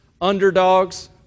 underdogs